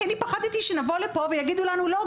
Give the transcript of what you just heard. כי אני פחדתי שנבוא לפה ויגידו לנו לא,